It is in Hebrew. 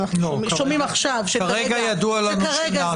לא, כרגע ידוע לנו שנעשה.